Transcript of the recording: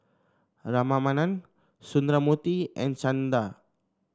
Ramanand Sundramoorthy and Chanda